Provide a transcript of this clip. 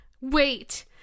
Wait